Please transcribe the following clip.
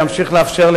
וימשיך לאפשר,